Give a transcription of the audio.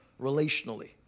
relationally